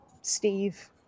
Steve